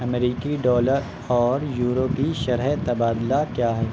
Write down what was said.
امریکی ڈالر اور یورو کی شرح تبادلہ کیا ہے